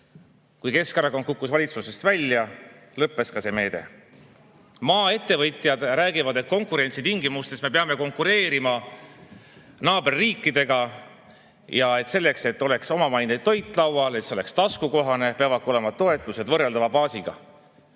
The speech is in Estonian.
Kui Keskerakond kukkus valitsusest välja, lõppes ka see meede. Maa-ettevõtjad räägivad, et konkurentsi tingimustes me peame konkureerima naaberriikidega. Ja selleks, et oleks omamaine toit laual, et see oleks taskukohane, peavad olema ka toetused võrreldava baasiga.